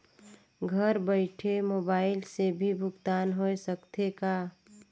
घर बइठे मोबाईल से भी भुगतान होय सकथे का?